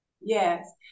Yes